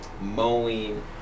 mowing